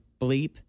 bleep